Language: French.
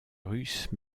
russe